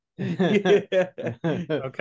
okay